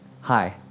hi